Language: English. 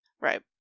right